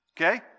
okay